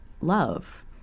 love